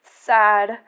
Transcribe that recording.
sad